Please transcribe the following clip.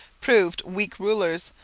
proved weak rulers,